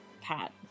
pat